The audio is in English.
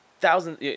Thousands